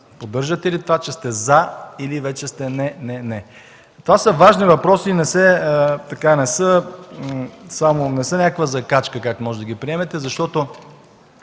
Поддържате ли това, че сте „за” или вече сте „не, не, не”? Това са важни въпроси, не са някаква закачка, както можете да ги приемете, защото